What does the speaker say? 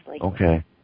Okay